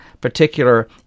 particular